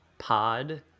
Pod